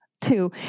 Two